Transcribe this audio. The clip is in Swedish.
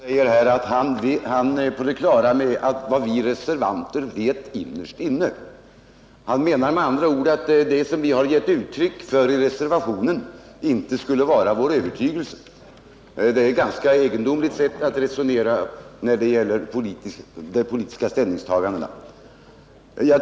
Herr talman! Jag finner det litet märkligt att höra Wilhelm Gustafsson säga att han är på det klara med vad vi reservanter vill innerst inne. Han menar alltså att det som vi givit uttryck för i reservationen inte skulle vara vår övertygelse. Det är ett ganska egendomligt sätt att resonera när det gäller de politiska ställningstagandena.